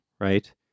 right